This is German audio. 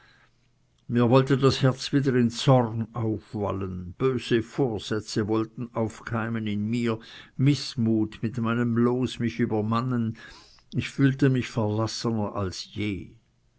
mir wollte das herz wieder in zorn aufwallen böse vorsätze wollten aufkeimen in mir mißmut mit meinem los mich übermannen ich fühlte mich verlassener als je